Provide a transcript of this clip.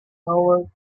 howard